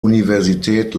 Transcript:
universität